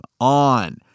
on